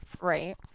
right